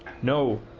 no!